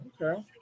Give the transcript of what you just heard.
Okay